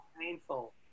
painful